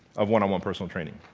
of one-on-one personal training.